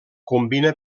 combina